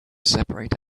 separate